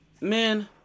Man